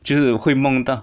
就是会梦到